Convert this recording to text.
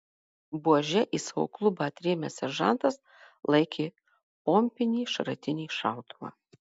buože į savo klubą atrėmęs seržantas laikė pompinį šratinį šautuvą